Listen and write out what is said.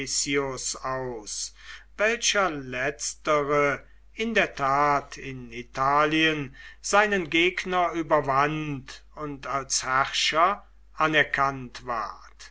aus welcher letztere in der tat in italien seinen gegner überwand und als herrscher anerkannt ward